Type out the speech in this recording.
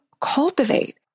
cultivate